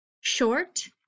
short